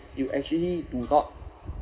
you actually do not